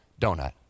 donut